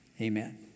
amen